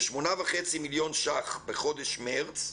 ב-8.5 מיליון ₪ בחודש מרס,